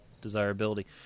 desirability